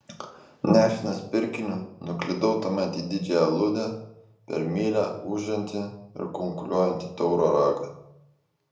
nešinas pirkiniu nuklydau tuomet į didžiąją aludę per mylią ūžiantį ir kunkuliuojantį tauro ragą